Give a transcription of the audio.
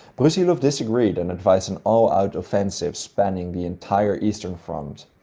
brusilov disagreed and advised an all-out offensive, spanning the entire eastern front.